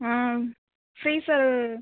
ஆ freezer